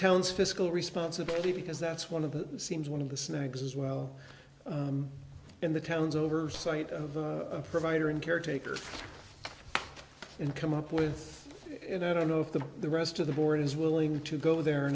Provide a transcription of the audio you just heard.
town's fiscal responsibility because that's one of the seems one of the snags as well in the town's oversight of the provider in caretaker and come up with it i don't know if the the rest of the board is willing to go there or